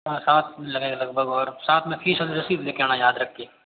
हाँ साथ लगेंगे लगभग और साथ में फीस वाली रशीद ले आना याद रख के